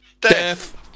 Death